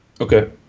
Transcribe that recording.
Okay